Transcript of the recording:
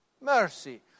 Mercy